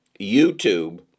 YouTube